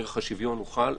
ערך השוויון חל.